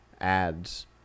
ads